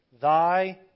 Thy